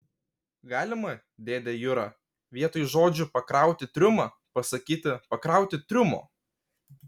galima dėde jura vietoj žodžių pakrauti triumą pasakyti pakrauti triumo